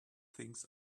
things